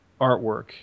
artwork